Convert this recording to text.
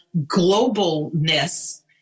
globalness